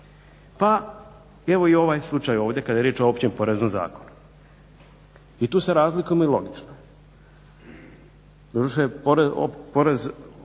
Pa evo i ovaj slučaj ovdje kada je riječ o Općem poreznom zakonu. I tu se razlikujemo i logično.